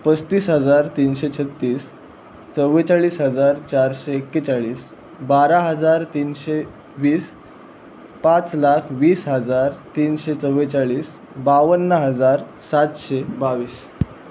पस्तीस हजार तीनशे छत्तीस चव्वेचाळीस हजार चारशे एक्केचाळीस बारा हजार तीनशे वीस पाच लाख वीस हजार तीनशे चव्वेचाळीस बावन्न हजार सातशे बावीस